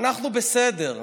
אנחנו בסדר.